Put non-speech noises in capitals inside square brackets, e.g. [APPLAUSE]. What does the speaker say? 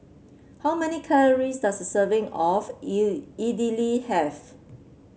how many calories does a serving of [UNINTELLIGIBLE] Idili have